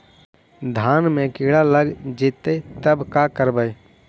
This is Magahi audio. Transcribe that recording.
धान मे किड़ा लग जितै तब का करबइ?